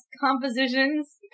compositions